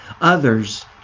Others